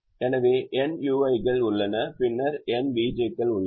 எனவே n ui கள் உள்ளன பின்னர் n vj கள் உள்ளன